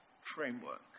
framework